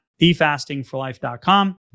thefastingforlife.com